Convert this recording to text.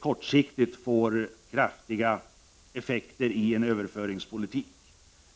kortsiktigt får kraftiga effekter i en överföringspolitik.